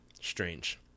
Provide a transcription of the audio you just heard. strange